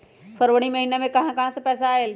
फरवरी महिना मे कहा कहा से पैसा आएल?